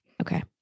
okay